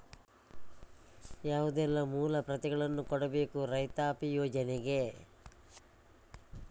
ಯಾವುದೆಲ್ಲ ಮೂಲ ಪ್ರತಿಗಳನ್ನು ಕೊಡಬೇಕು ರೈತಾಪಿ ಯೋಜನೆಗೆ?